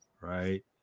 right